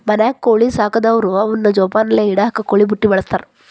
ಮನ್ಯಾಗ ಕೋಳಿ ಸಾಕದವ್ರು ಅವನ್ನ ಜೋಪಾನಲೆ ಇಡಾಕ ಕೋಳಿ ಬುಟ್ಟಿ ಬಳಸ್ತಾರ